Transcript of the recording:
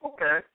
Okay